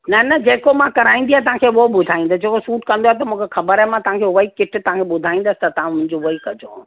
न न जेको मां कराईंदी आहियां तव्हांखे उहो ॿुधाईंदसि जेको सूट कंदो आहे त मूंखे ख़बर आहे त मां तव्हांखे उहा ई किट तव्हांखे ॿुधाईंदसि त तव्हां उहो ई कजो